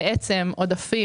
בעצם עודפים,